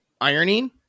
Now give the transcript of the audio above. Ironing